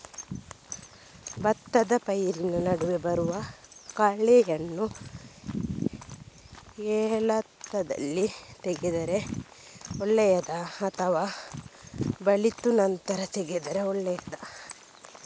ಭತ್ತದ ಪೈರಿನ ನಡುವೆ ಬರುವ ಕಳೆಯನ್ನು ಎಳತ್ತಲ್ಲಿ ತೆಗೆದರೆ ಒಳ್ಳೆಯದಾ ಅಥವಾ ಬಲಿತ ನಂತರ ತೆಗೆದರೆ ಒಳ್ಳೆಯದಾ?